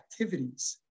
activities